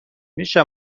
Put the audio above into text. میشه